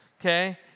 okay